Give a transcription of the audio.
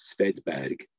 Svedberg